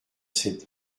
sept